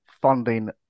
funding